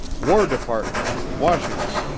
war department. washington,